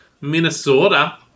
Minnesota